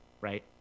right